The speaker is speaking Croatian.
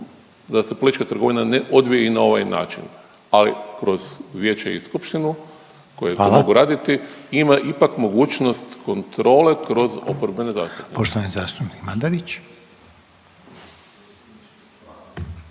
da se politička trgovina ne odvije i na ovaj način. Ali kroz vijeće i skupštinu …/Upadica Reiner: Hvala./… koji mogu raditi ima ipak mogućnost kontrole kroz oporbene zastupnike.